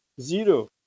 zero